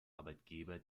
arbeitgeber